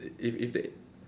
if if that